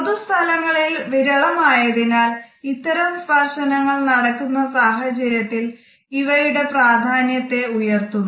പൊതു സ്ഥലങ്ങളിൽ വിരളമായതിനാൽ ഇത്തരം സ്പർശനങ്ങൾ നടക്കുന്ന സാഹചര്യത്തിൽ ഇവയുടെ പ്രാധാന്യത്തെ ഉയർത്തുന്നു